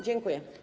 Dziękuję.